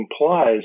implies